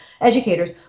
educators